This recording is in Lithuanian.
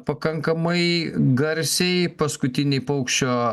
pakankamai garsiai paskutiniai paukščio